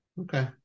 Okay